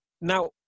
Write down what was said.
Now